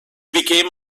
became